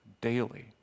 daily